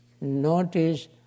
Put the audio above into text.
notice